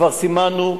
כבר סימנו.